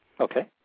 Okay